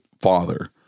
father